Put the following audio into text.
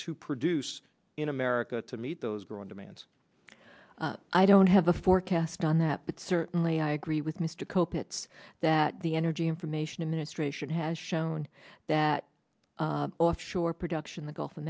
to produce in america to meet those growing demands i don't have the forecast on that but certainly i agree with mr cope it's that the energy information administration has shown that offshore production the gulf of